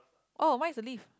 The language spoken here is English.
oh mine is a leaf